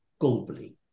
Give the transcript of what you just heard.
globally